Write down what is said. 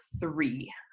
three